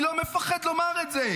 "אני לא מפחד" לומר את זה.